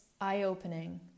eye-opening